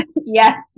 Yes